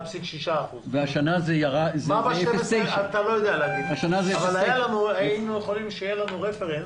והשנה זה 0.9%. היינו יכולים שיהיה לנו רפרנס